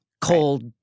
cold